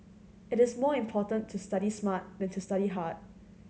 it is more important to study smart than to study hard